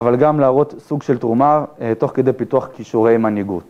אבל גם להראות סוג של תרומה תוך כדי פיתוח קישורי מנהיגות.